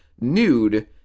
Nude